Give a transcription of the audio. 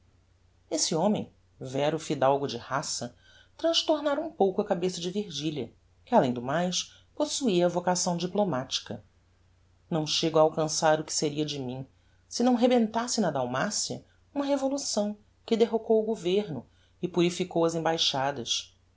esse homem vero fidalgo de raça transtornara um pouco a cabeça de virgilia que além do mais possuia a vocação diplomatica não chego a alcançar o que seria de mim se não rebentasse na dalmacia uma revolução que derrocou o governo e purificou as embaixadas